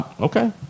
Okay